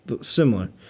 similar